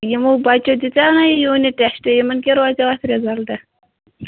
یِمَو بَچو دِژیٛاے نا یہِ یوٗنِٹ ٹیٚسٹہٕ یِمَن کیٛاہ روزیٛاو اَتھ رِزلٹہٕ